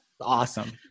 awesome